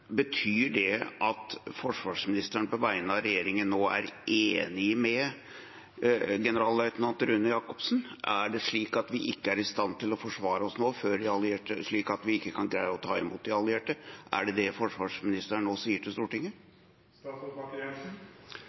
betyr det at forsvarsministeren på vegne av regjeringen er enig med generalløytnant Rune Jakobsen? Er det slik at vi ikke er i stand til å forsvare oss nå, at vi ikke kan greie å ta imot de allierte? Er det det forsvarsministeren nå sier til